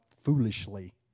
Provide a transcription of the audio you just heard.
foolishly